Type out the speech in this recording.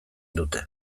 dute